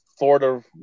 Florida